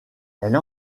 elle